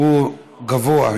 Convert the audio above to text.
תעזוב אותה.)